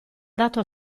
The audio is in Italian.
dato